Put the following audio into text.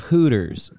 Hooters